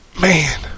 Man